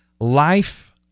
Life